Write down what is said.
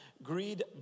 Greed